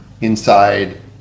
inside